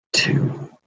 Two